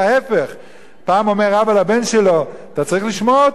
פעם אומר אבא לבן שלו: אתה צריך לשמוע אותי כי אני אבא שלך,